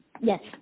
Yes